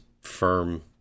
firm